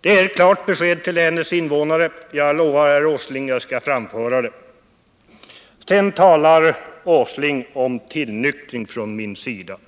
Det är ett klart besked till länets invånare, och jag lovar herr Åsling att jag skall framföra det. Herr Åsling talar också om tillnyktring från min sida.